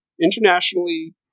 Internationally